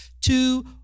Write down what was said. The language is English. two